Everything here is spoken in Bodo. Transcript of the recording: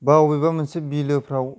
बा अबेबा मोनसे बिलोफ्राव